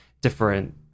different